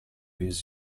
his